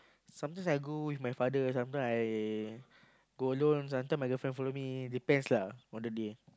sometimes I go with my father sometimes I go alone sometimes my girlfriend follow me depends lah on the day